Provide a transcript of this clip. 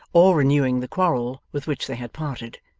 or renewing the quarrel with which they had parted.